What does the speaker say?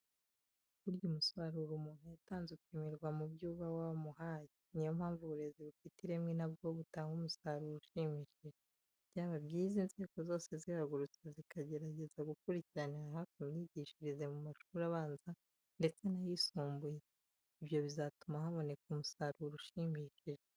Burya umusaruro umuntu yatanze upimirwa mu byo uba wamuhaye, ni yo mpamvu uburezi bufite ireme na bwo butanga umusaruro ushimishije. Byaba byiza inzego zose zihagurutse zikageregeza gukurikiranira hafi imyigishirize mu mashuri abanza ndetse n'ayisumbuye. Ibyo bizatuma haboneka umusaruro ushimishije.